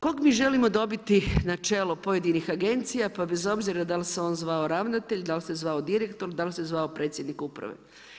Kog mi želimo dobiti na čelo pojedinih agencija, pa bez obzira da li se on zvao ravnatelj, da li se zvao direktor, da li se zvao predsjednik uprave.